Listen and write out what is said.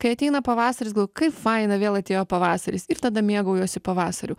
kai ateina pavasaris kaip faina vėl atėjo pavasaris ir tada mėgaujuosi pavasariu